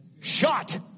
shot